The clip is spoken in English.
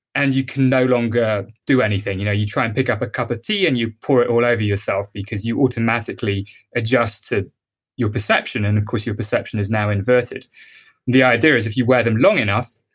and you can no longer do anything. you know you try and pick up a cup of tea and you pour it all over yourself because you automatically adjust to your perception. and of course, your perception is now inverted the idea is if you wear them long enough,